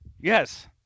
Yes